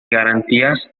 garantías